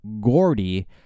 Gordy